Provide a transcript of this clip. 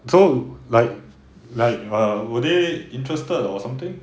so like like err will they interested or something